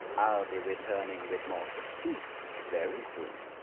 be returning with more sheep very soon.